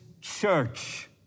church